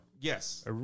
Yes